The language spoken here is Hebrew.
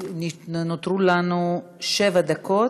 נותרו לנו שבע דקות,